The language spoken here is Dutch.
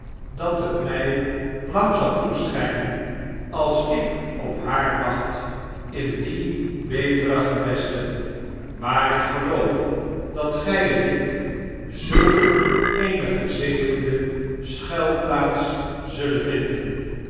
dat het mij lang zal toeschjjnen als ik op haar wacht in die betere gewesten waar ik geloof dat gjj en ik zulk eene gezegende schuilplaats zullen vinden